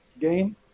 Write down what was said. game